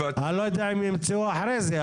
אני לא יודע אם ימצאו אחרי זה,